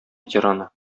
ветераны